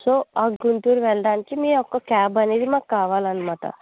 so ఆ గుంటూరు వెళ్ళడానికి మీ యొక్క క్యాబ్ అనేది మాకు కావాలి అన్నమాట